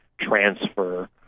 transfer